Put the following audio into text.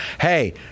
Hey